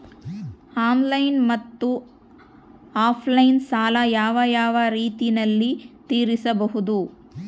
Online ಮತ್ತೆ offline ಸಾಲ ಯಾವ ಯಾವ ರೇತಿನಲ್ಲಿ ತೇರಿಸಬಹುದು?